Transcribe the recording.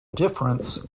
difference